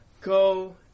go